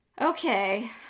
okay